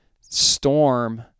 storm